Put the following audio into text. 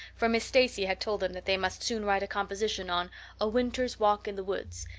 for miss stacy had told them that they must soon write a composition on a winter's walk in the woods,